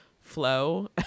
flow